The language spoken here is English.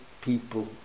people